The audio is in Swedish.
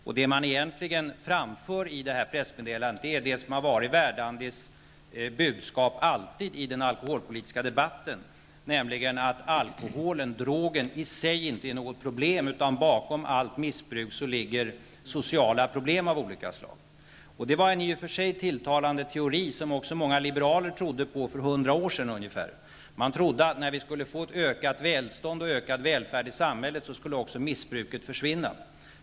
Vad man egentligen framför i detta pressmeddelande är det som alltid varit Verdandis budskap i den alkoholpolitiska debatten, nämligen att drogen alkohol i sig inte är något problem, utan bakom allt missbruk ligger sociala problem av olika slag. Det är en i och för sig tilltalande teori som också många liberaler trodde på för ungefär 100 år sedan. Man trodde att i och med ett ökat välstånd och en ökad välfärd i samhället, skulle missbruket försvinna.